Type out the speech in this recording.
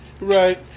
Right